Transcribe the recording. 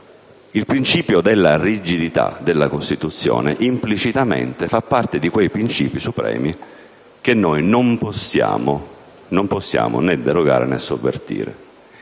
il principio della rigidità della Costituzione implicitamente fa parte di quei principi supremi che non possiamo derogare né sovvertire.